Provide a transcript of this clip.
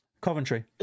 Coventry